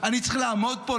אני צריך לעמוד פה,